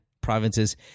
provinces